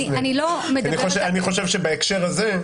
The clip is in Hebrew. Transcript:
אני חושב שבהקשר הזה,